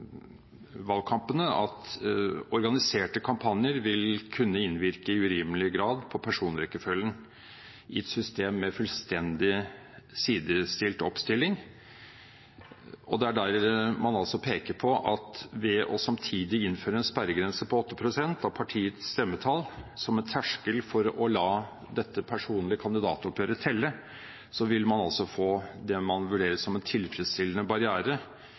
at organiserte kampanjer vil kunne innvirke i urimelig grad på personrekkefølgen i et system med fullstendig sidestilt oppstilling. Der peker man på at ved samtidig å innføre en sperregrense på 8 pst. av partiets stemmetall som en terskel for å la dette personlige kandidatoppgjøret telle vil man få det man vurderer som en tilfredsstillende barriere